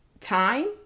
time